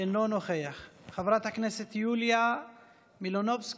אינו נוכח, חברת הכנסת יוליה מלינובסקי,